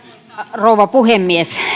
rouva puhemies